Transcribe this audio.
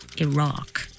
Iraq